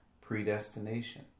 predestination